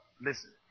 Listen